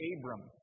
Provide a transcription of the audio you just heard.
Abram